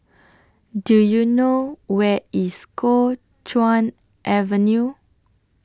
Do YOU know Where IS Kuo Chuan Avenue